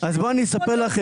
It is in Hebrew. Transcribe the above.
אז אספר לך,